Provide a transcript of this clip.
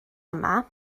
yma